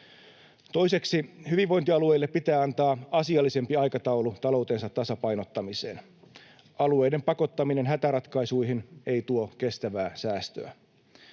Toiseksi: Hyvinvointialueille pitää antaa asiallisempi aikataulu taloutensa tasapainottamiseen. Alueiden pakottaminen hätäratkaisuihin ei tuo kestävää säästöä.